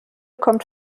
kommt